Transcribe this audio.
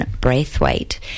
braithwaite